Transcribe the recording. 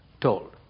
told